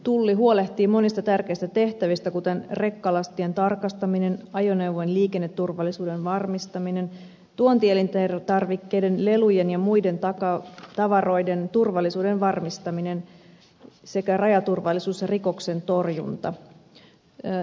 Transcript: tulli huolehtii monista tärkeistä tehtävistä kuten rekkalastien tarkastaminen ajoneuvojen liikenneturvallisuuden varmistaminen tuontielintarvikkeiden lelujen ja muiden tavaroiden turvallisuuden varmistaminen sekä rajaturvallisuus ja rikoksentorjunta